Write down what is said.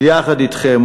יחד אתכם,